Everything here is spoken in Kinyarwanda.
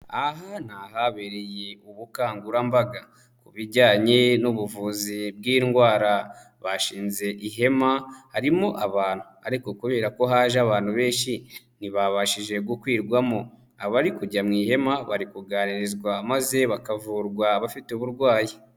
Aha habereye ubukangurambaga ku bijyanye n'ubuvuzi bw'indwara, bashinze ihema harimo abantu ariko kubera ko haje abantu benshi, ntibabashije gukwirwamo, abari kujya mu ihema bari kugarizwa maze bakavurwa abafite uburwayi.